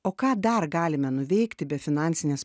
o ką dar galime nuveikti be finansinės